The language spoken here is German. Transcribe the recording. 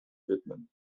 widmen